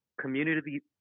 community